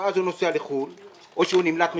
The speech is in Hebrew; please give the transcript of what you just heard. ואז הוא נוסע לחו"ל או שהוא נמלט מחקירות,